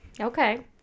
Okay